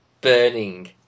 burning